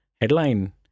headline